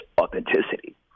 authenticity